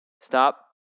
stop